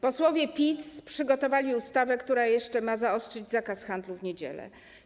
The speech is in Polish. Posłowie PiS przygotowali ustawę, która ma jeszcze zaostrzyć zakaz handlu w niedziele.